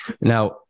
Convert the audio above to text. Now